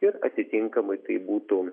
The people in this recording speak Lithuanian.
ir atitinkamai taip būtų